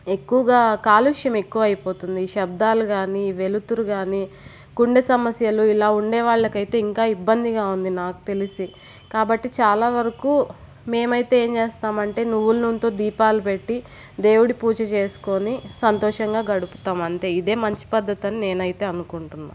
ఎక్కువగా కాలుష్యం ఎక్కువ అయిపోతుంది ఈ శబ్దాలు కానీ ఈ వెలుతురు కానీ గుండె సమస్యలు ఇలా ఉండే వాళ్లకైతే ఇంకా ఇబ్బందిగా ఉంది నాకు తెలిసి కాబట్టి చాలా వరకు మేమైతే ఏం చేస్తామంటే నువ్వుల నూనెతో దీపాలు పెట్టి దేవుడి పూజ చేసుకొని సంతోషంగా గడుపుతాం అంతే ఇదే మంచి పద్ధతి అని నేనైతే అనుకుంటున్నా